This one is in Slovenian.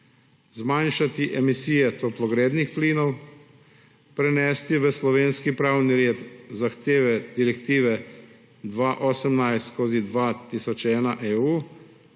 zmanjšati emisije toplogrednih plinov; prenesti v slovenski pravni red zahteve direktive 2018/2001 EU;